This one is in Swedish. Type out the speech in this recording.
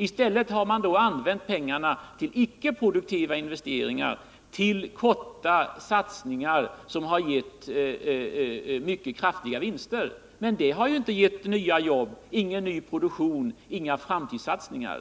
I stället har pengarna använts till icke produktiva investeringar, till kortsiktiga satsningar som har givit mycket kraftiga vinster. Men de har inte givit några nya jobb, ingen ny produktion, inga framtidssatsningar.